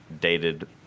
dated